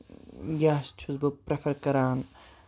یا چھُس بہٕ پریفر کران